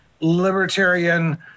libertarian